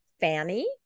Fanny